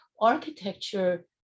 architecture